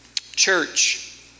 Church